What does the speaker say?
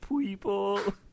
people